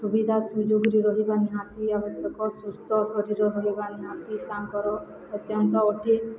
ସୁବିଧା ସୁଯୋଗରେ ରହିବା ନିହାତି ଆବଶ୍ୟକ ସୁସ୍ଥ ଶରୀର ରହିବା ନିହାତି ତାଙ୍କର ଅତ୍ୟନ୍ତ ଅଟେ